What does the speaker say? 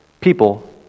people